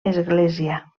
església